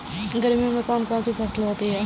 गर्मियों में कौन कौन सी फसल होती है?